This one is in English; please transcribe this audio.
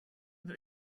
that